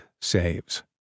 saves